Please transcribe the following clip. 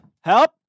help